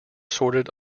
sorted